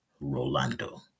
Rolando